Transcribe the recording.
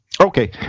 okay